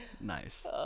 Nice